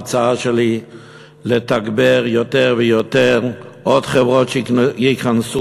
ההצעה שלי היא לתגבר יותר ויותר עוד חברות שייכנסו